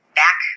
back